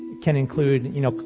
can include, you know,